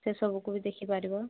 ସେ ସବୁକୁ ବି ଦେଖିପାରିବ